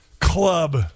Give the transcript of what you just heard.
Club